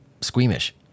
squeamish